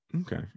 Okay